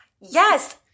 Yes